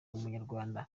umunyarwanda